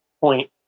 point